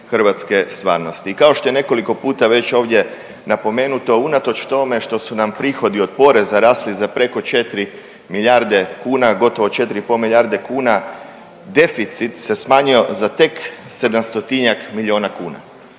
hrvatske stvarnosti i kao što je nekoliko puta već ovdje napomenuto, unatoč tome što su nam prihodi od poreza rasli za preko 4 milijarde kuna, gotovo 4,5 milijarde kuna, deficit se smanjio za tek 700-ak milijuna kuna,